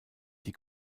die